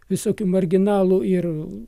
visokių marginalų ir